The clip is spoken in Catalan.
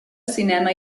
cinema